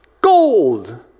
Gold